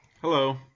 Hello